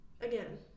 again